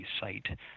site